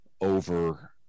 over